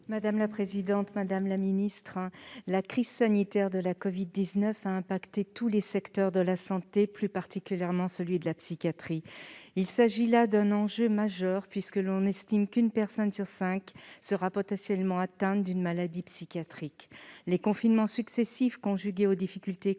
de la santé. Madame la ministre, la crise sanitaire de la covid-19 a affecté tous les secteurs de la santé, plus particulièrement celui de la psychiatrie. L'enjeu est majeur, puisque l'on estime qu'une personne sur cinq sera potentiellement atteinte d'une maladie psychiatrique. Les confinements successifs, conjugués aux difficultés économiques